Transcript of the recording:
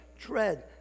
dread